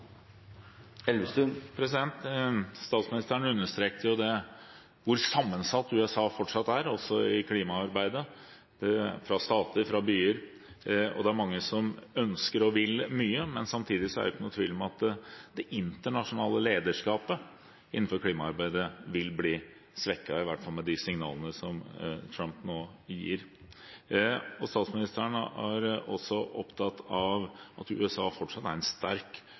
også i klimaarbeidet – fra stat til stat og fra by til by. Det er mange som ønsker og vil mye, men samtidig er det ikke noen tvil om at det internasjonale lederskapet innenfor klimaarbeidet vil bli svekket, i hvert fall med de signalene som Trump nå gir. Statsministeren er opptatt av at USA fortsatt er en sterk